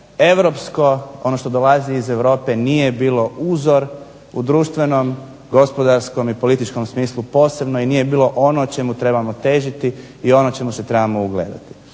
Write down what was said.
europsko, ono što dolazi iz Europe nije bilo uzor u društvenom, gospodarskom i političkom smislu posebno i nije bilo ono čemu trebamo težiti i ono čemu se trebamo ugledati.